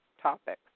topics